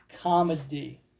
Comedy